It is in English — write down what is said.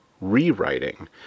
Rewriting